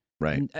Right